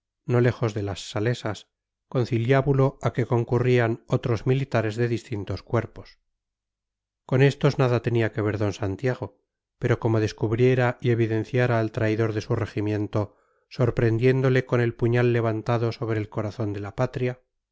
no lejos de las salesas conciliábulo a que concurrían otros militares de distintos cuerpos con estos nada tenía que ver d santiago pero como descubriera y evidenciara al traidor de su regimiento sorprendiéndole con el puñal levantado sobre el corazón de la patria